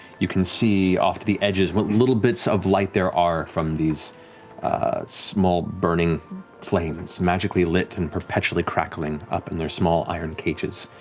you can see off to the edges what little bits of light there are from these small, burning flames, magically lit and perpetually crackling up in their small, iron cages.